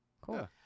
Cool